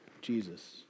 Jesus